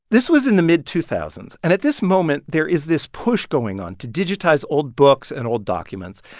this was in the mid two thousand s. and at this moment, there is this push going on to digitize old books and old documents.